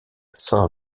saint